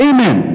Amen